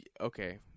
okay